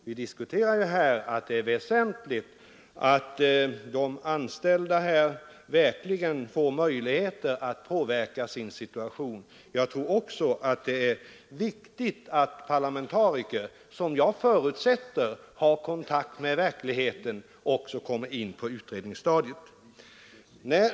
Vi diskuterar ju här det väsentliga i att de anställda verkligen får möjligheter att påverka sin situation. Jag tror också att det är viktigt att parlamentariker, som jag förutsätter har kontakt med verkligheten, kommer in på utredningsstadiet.